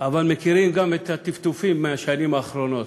אבל מכירים גם את הטפטופים מהשנים האחרונות.